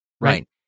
Right